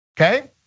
okay